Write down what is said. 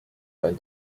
einen